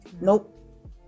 nope